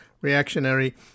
reactionary